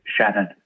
Shannon